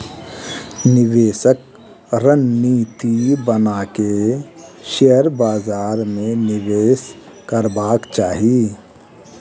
निवेशक रणनीति बना के शेयर बाजार में निवेश करबाक चाही